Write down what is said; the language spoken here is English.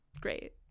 great